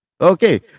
Okay